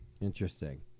Interesting